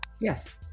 yes